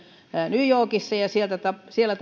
new yorkissa ja siellä